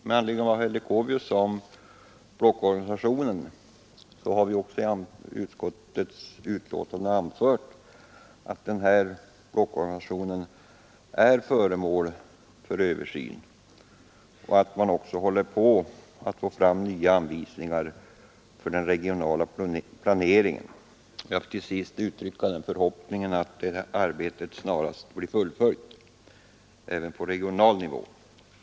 Med anledning av vad herr Leuchovius sade vill jag hänvisa till att vi i utskottets betänkande har anfört att blockorganisationen är föremål för översyn och att man också håller på att få fram nya anvisningar för den regionala planeringen. Jag vill uttrycka förhoppningen att detta arbete snarast blir fullföljt, även på regional nivå.